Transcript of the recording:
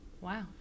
Wow